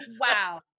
wow